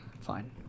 Fine